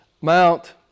Mount